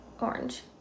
orange